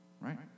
right